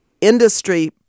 industry